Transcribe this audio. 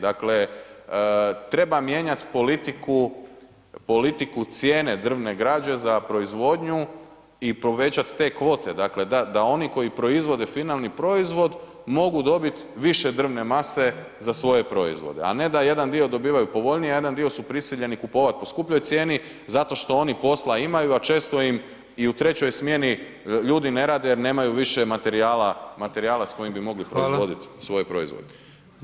Dakle, treba mijenjati politiku cijene drvne građe za proizvodnju i povećati te kvote da oni koji proizvode finalni proizvod mogu dobiti više drvne mase za svoje proizvode, a ne da jedan dio dobivaju povoljnije, a jedan dio su prisiljeni kupovati po skupljoj cijeni zato što oni posla imaju, a često im i u trećoj smjeni ljudi ne rade jer nemaju više materijala s kojim bi mogli proizvoditi svoje proizvod.